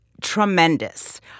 tremendous